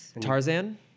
Tarzan